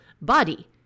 Body